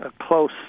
close